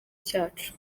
cyacu